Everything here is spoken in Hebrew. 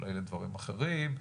אולי לדברים אחרים,